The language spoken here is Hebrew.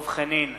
דב חנין,